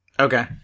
Okay